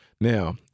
Now